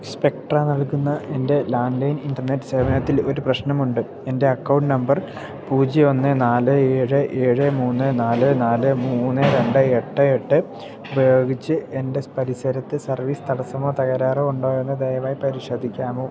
Spectra നൽകുന്ന എൻ്റെ landline internet സേവനത്തിൽ ഒരു പ്രശ്നമുണ്ട് എൻ്റെ അക്കൗണ്ട് നമ്പർ പൂജ്യം ഒന്ന് നാല് ഏഴ് ഏഴ് മൂന്ന് നാല് നാല് മൂന്ന് രണ്ട് എട്ട് എട്ട് ഉപയോഗിച്ച് എൻ്റെ പരിസരത്ത് സർവീസ് തടസ്സമോ തകരാറോ ഉണ്ടോ എന്നു ദയവായി പരിശോധിക്കാമോ